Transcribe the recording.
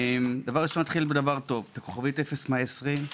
נתחיל בדבר טוב: 0120*,